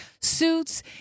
suits